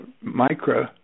micro